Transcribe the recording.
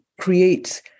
create